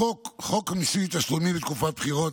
חוק מיסוי תשלומים בתקופת בחירות,